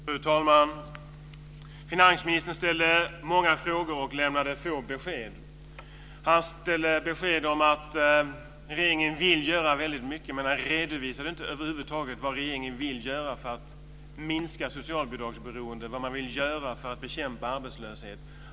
Fru talman! Finansministern ställer många frågor och lämnar få besked. Han ger besked om att regeringen vill göra väldigt mycket, men han redovisar över huvud taget inte vad regeringen vill göra för att minska socialbidragsberoendet och för att bekämpa arbetslöshet.